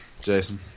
Jason